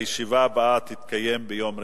הישיבה הבאה תתקיים ביום